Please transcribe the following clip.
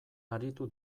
aritu